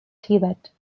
tibet